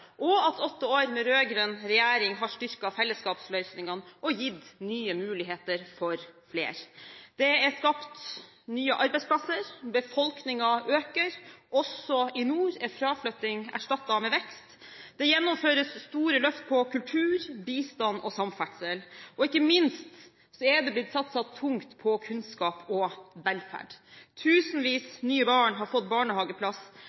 og at åtte år med rød-grønn regjering har styrket fellesskapsløsningene og gitt nye muligheter for flere. Det er skapt nye arbeidsplasser, og befolkningen øker. Også i nord er fraflytting erstattet med vekst. Det gjennomføres store løft innen kultur, bistand og samferdsel, og ikke minst er det blitt satset tungt på kunnskap og velferd. Tusenvis av nye barn har fått barnehageplass.